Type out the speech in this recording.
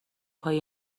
پای